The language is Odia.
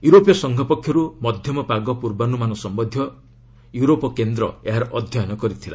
ୟୁରୋପୀୟ ସଂଘ ପକ୍ଷରୁ ମଧ୍ୟମ ପାଗ ପୂର୍ବାନୁମାନ ସମ୍ବନ୍ଧୀୟ ୟୁରୋପ କେନ୍ଦ୍ର ଏହାର ଅଧ୍ୟୟନ କରିଥିଲା